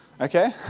Okay